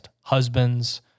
husbands